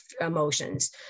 emotions